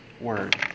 Word